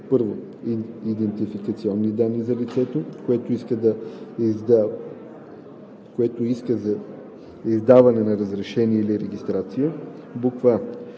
1. идентификационни данни на лицето, което иска издаване на разрешение или регистрация: а)